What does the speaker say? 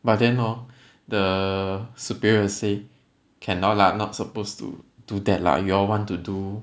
but then hor the superior will say cannot lah not supposed to do that lah you all want to do